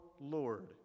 lord